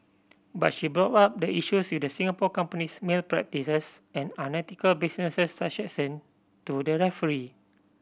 but she brought up the issues with the Singapore company's malpractices and unethical business transaction to the referee